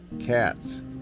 cats